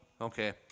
Okay